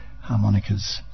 harmonicas